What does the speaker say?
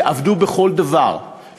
שעבדו בכל דבר,